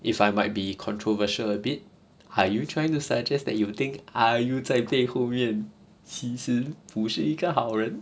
if I might be controversial a bit are you trying to suggest that you think I_U 在背后面其实不是一个好人